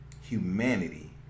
Humanity